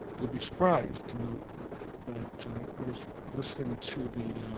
you'll be surprised to note that i was listening to the